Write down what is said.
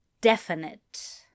Definite